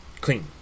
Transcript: Clean